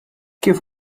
kif